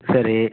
சரி